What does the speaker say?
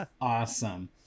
awesome